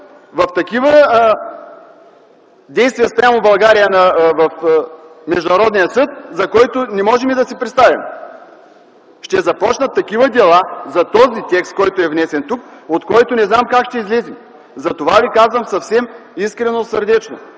в такива действия спрямо България в Международния съд, за който не можем и да си представим. Ще започнат такива дела за този текст, който е внесен тук, от който не знам как ще излезем. Затова ви казвам съвсем искрено и сърдечно: